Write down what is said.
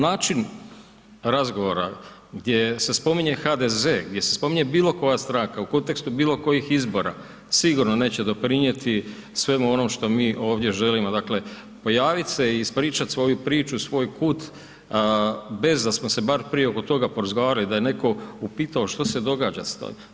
Način razgovora gdje se spominje HDZ, gdje se spominje bilo koja stranka u kontekstu bilo kojih izbora, sigurno neće doprinijeti svemu onom što mi ovdje želimo dakle, pojaviti se, ispričati svoju priču, svoj put, bez da smo se bar prije oko toga porazgovarali, da je netko upitao što se događa sad.